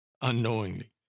Unknowingly